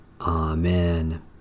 Amen